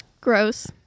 Gross